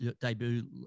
debut